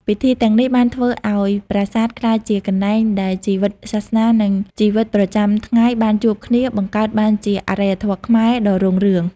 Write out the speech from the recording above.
ពិធីទាំងនេះបានធ្វើឱ្យប្រាសាទក្លាយជាកន្លែងដែលជីវិតសាសនា និងជីវិតប្រចាំថ្ងៃបានជួបគ្នា បង្កើតបានជាអរិយធម៌ខ្មែរដ៏រុងរឿង។